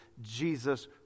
Jesus